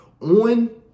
on